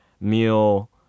meal